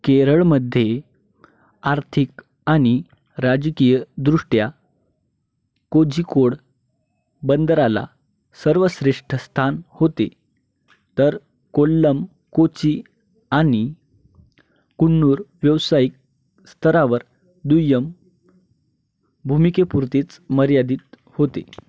केरळमध्ये आर्थिक आणि राजकीय दृष्ट्या कोझिकोड बंदराला सर्वश्रेष्ठ स्थान होते तर कोल्लम कोची आणि कुन्नूर व्यावसायिक स्तरावर दुय्यम भूमिकेपुरतीच मर्यादित होते